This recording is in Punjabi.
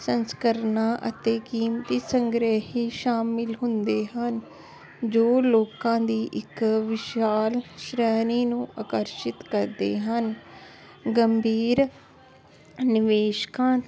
ਸੰਸਕਰਨਾਂ ਅਤੇ ਕੀਮਤੀ ਸੰਗ੍ਰਹਿ ਸ਼ਾਮਿਲ ਹੁੰਦੇ ਹਨ ਜੋ ਲੋਕਾਂ ਦੀ ਇੱਕ ਵਿਸ਼ਾਲ ਸ਼੍ਰੇਣੀ ਨੂੰ ਆਕਰਸ਼ਿਤ ਕਰਦੇ ਹਨ ਗੰਭੀਰ ਨਿਵੇਸ਼ਕਾਂ